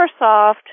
Microsoft